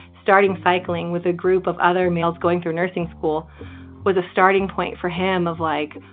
starting cycling with a group of other males going through nursing school was a starting point for him of, like,